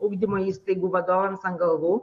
ugdymo įstaigų vadovams ant galvų